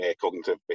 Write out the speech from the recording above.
Cognitive